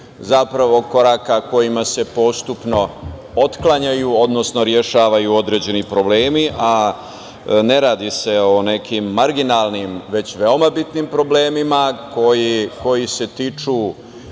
i koraka kojima se postupno otklanjaju, odnosno rešavaju određeni problemi, a ne radi se o nekim marginalnim, već veoma bitnim problemima koji se tiču